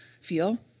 feel